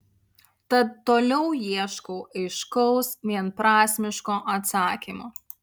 tad toliau ieškau aiškaus vienprasmiško atsakymo